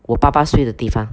我爸爸睡的地方